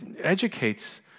educates